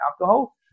alcohol